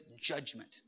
judgment